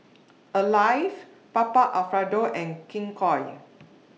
Alive Papa Alfredo and King Koil